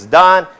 done